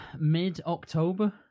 mid-October